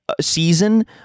season